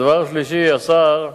הדבר השלישי, השר,